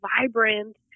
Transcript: vibrant